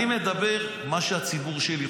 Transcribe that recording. איזה מלך.